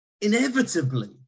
inevitably